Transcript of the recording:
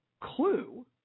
Clue